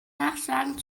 nachschlagen